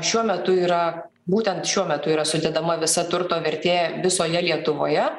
šiuo metu yra būtent šiuo metu yra sudedama visa turto vertė visoje lietuvoje